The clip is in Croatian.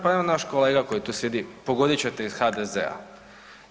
Pa jedan naš kolega koji tu sjedi, pogodit ćete iz HDZ-a.